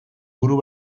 buru